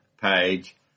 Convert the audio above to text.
Page